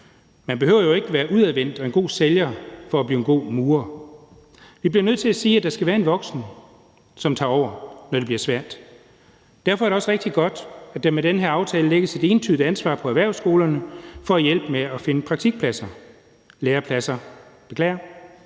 Man behøver jo ikke at være udadvendt og en god sælger for at blive en god murer. Vi bliver nødt til at sige, at der skal være en voksen, som tager over, når det bliver svært. Derfor er det også rigtig godt, at der med den her aftale lægges et entydigt ansvar på erhvervsskolerne for at hjælpe med at finde praktikpladser – nej, lærepladser, beklager,